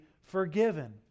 forgiven